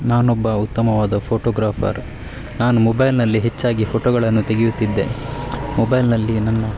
ನಾನೊಬ್ಬ ಉತ್ತಮವಾದ ಫೋಟೋಗ್ರಾಫರ್ ನಾನು ಮೊಬೈಲ್ನಲ್ಲಿ ಹೆಚ್ಚಾಗಿ ಫೋಟೋಗಳನ್ನು ತೆಗೆಯುತ್ತಿದ್ದೆ ಮೊಬೈಲ್ನಲ್ಲಿ ನಾನು